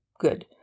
Good